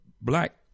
black